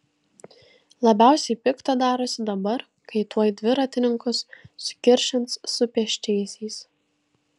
labiausiai pikta darosi dabar kai tuoj dviratininkus sukiršins su pėsčiaisiais